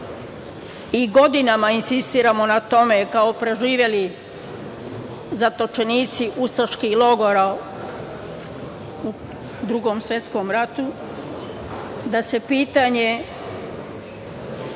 i godinama insistiramo na tome kao preživeli zatočenici ustaških logora u Drugom svetskom ratu, da se pitanje